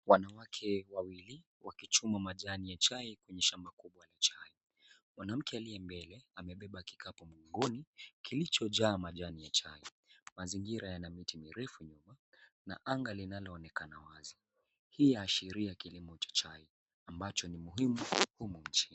Wanawake wawili wakichuma majani ya chai kwenye shamba kubwa la chai. Mwanamke aliye mbele amebeba kikapu mgongoni kilichojaa majani ya chai. Mazingira yana miti mirefu nyuma na anga linaloonekana wazi. Hii yaashiria kilimo cha chai ambacho ni muhimu humu nchini.